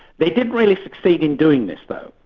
they didn't really succeed in doing this though.